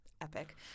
epic